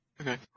Okay